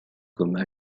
comme